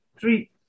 three